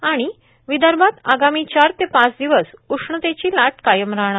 आणि विदर्भात आगामी चार ते पाच दिवस उष्णतेची लाट कायम राहणार